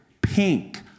Pink